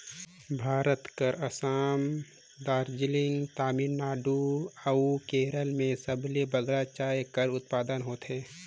भारत कर असम, दार्जिलिंग, तमिलनाडु अउ केरल में सबले बगरा चाय कर उत्पादन होथे